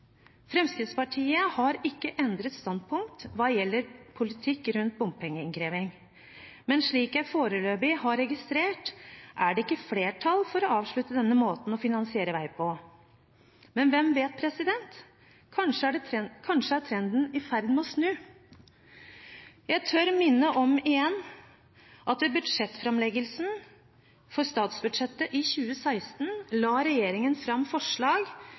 Fremskrittspartiet har ikke endret standpunkt hva gjelder politikk rundt bompengeinnkreving, men slik jeg foreløpig har registrert, er det ikke flertall for å avslutte denne måten å finansiere vei på. Men hvem vet? Kanskje er trenden i ferd med å snu. Jeg tør igjen minne om at ved framleggelsen av statsbudsjettet for 2016 la regjeringen fram forslag